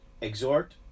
exhort